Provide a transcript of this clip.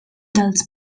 dels